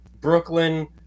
Brooklyn